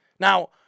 Now